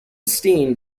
steen